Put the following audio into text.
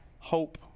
hope